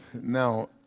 Now